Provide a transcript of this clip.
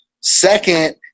Second